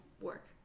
work